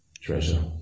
treasure